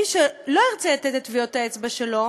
מי שלא ירצה לתת טביעות האצבע שלו